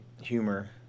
humor